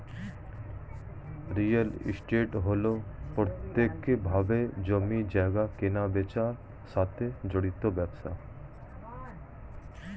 real estate হল প্রত্যক্ষভাবে জমি জায়গা কেনাবেচার সাথে জড়িত ব্যবসা